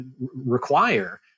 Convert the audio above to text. require